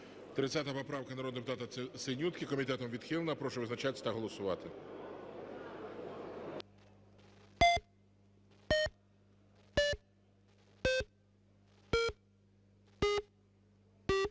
30 поправка народного депутата Синютки. Комітетом відхилена. Прошу визначатися та голосувати.